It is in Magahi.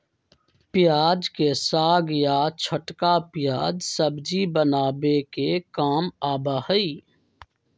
प्याज के साग या छोटका प्याज सब्जी बनावे के काम आवा हई